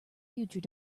future